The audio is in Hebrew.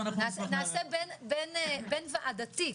נעשה בין וועדתי,